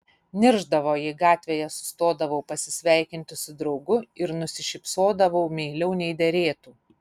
niršdavo jei gatvėje sustodavau pasisveikinti su draugu ir nusišypsodavau meiliau nei derėtų